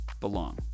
belong